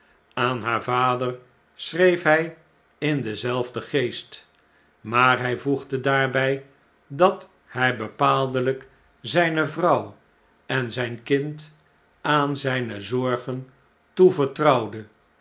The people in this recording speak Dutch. aan haar vader schreef hij in denzelfden geest maar hij voegde daarbij dat hij bepaaldelijk zijne vrouw en zijn kind aan zijne zorgen toevertrouwde